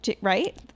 right